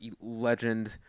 legend